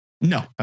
No